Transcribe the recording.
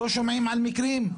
לא שומעים על מקרים,